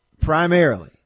primarily